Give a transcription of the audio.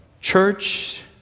Church